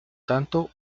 tanto